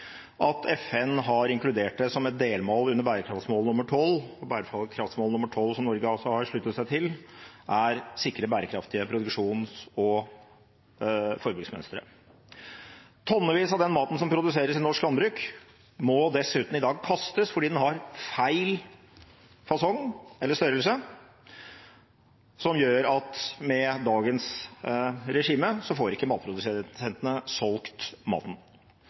at FN har inkludert det som et delmål under bærekraftsmål nr. 12. Bærekraftsmål nr. 12, som Norge har sluttet seg til, er å sikre bærekraftige produksjons- og forbruksmønstre. Tonnevis av maten som produseres i norsk landbruk, må i dag dessuten kastes fordi den har feil fasong eller størrelse, for med dagens regime får ikke matprodusentene solgt maten.